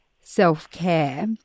self-care